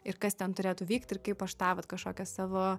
ir kas ten turėtų vykti ir kaip aš tą vat kažkokią savo